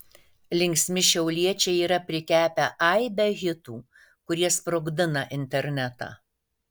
linksmi šiauliečiai yra prikepę aibę hitų kurie sprogdina internetą